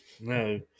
no